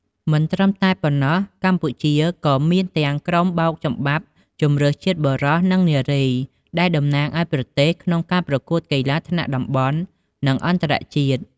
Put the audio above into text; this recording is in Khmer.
មិនត្រឹមតែប៉ុណ្ណោះកម្ពុជាក៏មានទាំង ក្រុមបោកចំបាប់ជម្រើសជាតិបុរស និងនារី ដែលតំណាងឲ្យប្រទេសក្នុងការប្រកួតកីឡាថ្នាក់តំបន់ និងអន្តរជាតិ។